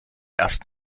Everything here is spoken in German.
erst